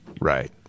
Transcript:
Right